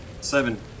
Seven